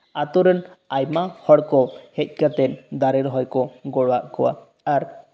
ᱟᱹᱛᱩ ᱨᱮᱱ ᱟᱭᱢᱟ ᱦᱚᱲ ᱠᱚ ᱦᱮᱡ ᱠᱟᱛᱮᱫ ᱫᱟᱨᱮ ᱨᱚᱦᱚᱭ ᱠᱚ ᱜᱚᱲᱚᱣᱟᱜ ᱠᱚᱣᱟ ᱟᱨ